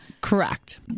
Correct